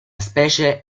specie